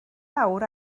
awr